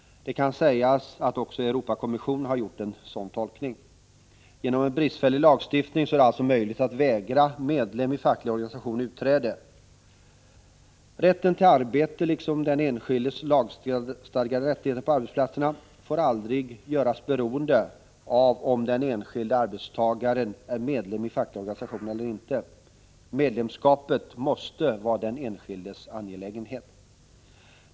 Det kan sägas att också Europakommissionen har gjort en sådan tolkning. På grund av en bristfällig lagstiftning är det alltså möjligt att vägra medlem i facklig organisation utträde. Rätten till arbete, liksom den enskildes lagstadgade rättigheter på arbetsplatsen, får aldrig göras beroende av om den enskilde arbetstagaren är medlem i facklig organisation eller ej. Medlemskapet måste vara den enskildes angelägenhet.